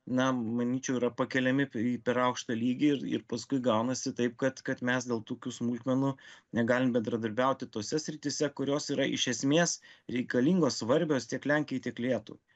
na manyčiau yra pakeliami į per aukštą lygį ir ir paskui gaunasi taip kad kad mes dėl tokių smulkmenų negalim bendradarbiauti tose srityse kurios yra iš esmės reikalingos svarbios tiek lenkijai tik lietuvai